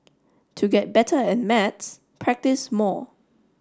to get better at maths practise more